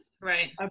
Right